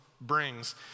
brings